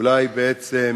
אולי בעצם